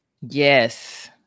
Yes